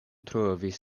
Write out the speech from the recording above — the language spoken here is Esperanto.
trovis